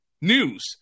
news